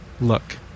look